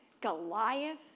Goliath